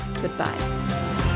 goodbye